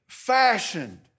fashioned